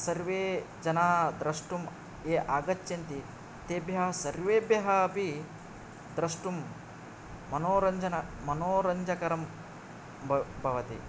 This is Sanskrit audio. सर्वे जनाः द्रष्टुम् ये आगच्छन्ति तेभ्यः सर्वेभ्यः अपि द्रष्टुं मनोरञ्जन मनोरञ्जकरं भव् भवति